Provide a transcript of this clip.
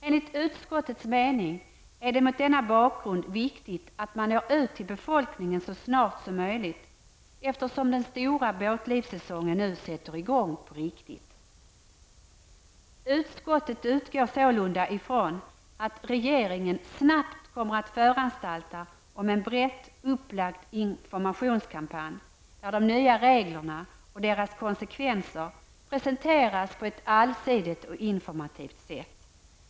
Enligt utskottets mening är det mot denna bakgrund viktigt att man når ut till befolkningen så snart som möjligt, eftersom den stora båtlivssäsongen nu sätter igång på riktigt. Utskottet utgår sålunda från att regeringen snabbt kommer att föranstalta om en brett upplagd informationskampanj där de nya reglerna och deras konsekvenser presenteras på ett allsidigt och informativt sätt.